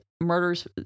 murders